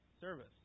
Service